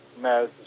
No